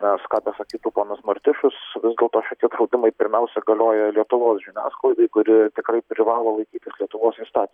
nes ką besakytų ponas martišius vis dėlto šitie draudimai pirmiausia galioja lietuvos žiniasklaidai kuri tikrai privalo laikytis lietuvos įstatymų